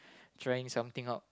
trying something out